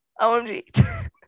OMG